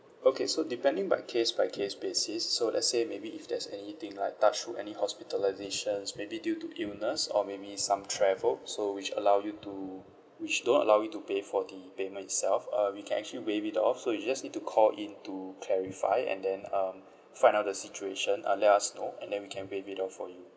okay so depending by case by case basis so let's say maybe if there's anything like touch wood any hospitalisations maybe due to illness or maybe some travel so which allow you to which don't allow you to pay for the payment itself uh we can actually waive it off so you just need to call in to clarify and then um find out the situation uh let us know and then we can waive it off for you